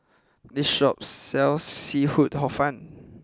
this shop sells Seafood Hor Fun